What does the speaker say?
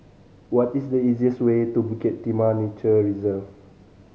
what is the easiest way to Bukit Timah Nature Reserve